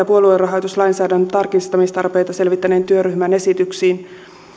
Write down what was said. puoluerahoituslainsäädännön tarkistamistarpeita selvittäneen työryhmän esityksiin